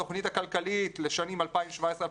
התוכנית הכלכלית לשנים 2018-2017,